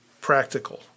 practical